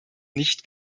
nicht